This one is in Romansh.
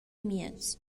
miez